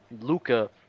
Luca